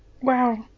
Wow